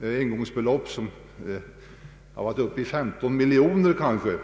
även engångsbelopp på 15 miljoner har förekommit.